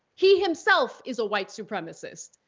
he himself is a white supremacist.